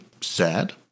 Sad